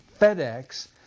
FedEx